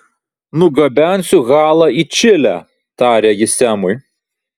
nugabensiu halą į čilę tarė ji semui